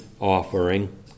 offering